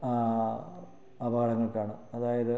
ആ അപകടങ്ങൾക്കാണ് അതായത്